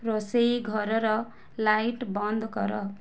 ରୋଷେଇ ଘରର ଲାଇଟ୍ ବନ୍ଦ କର